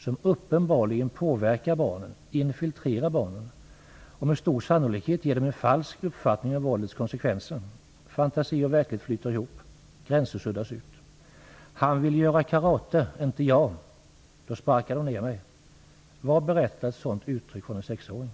som uppenbarligen påverkar och infiltrerar barnen och med stor sannolikhet ger dem en falsk uppfattning om våldets konsekvenser. Fantasi och verklighetsflykt flyter ihop. Gränser suddas ut. "Han vill göra karate. Inte jag. Då sparkar de ned mig." Vad berättar ett sådant uttalande från en sexåring?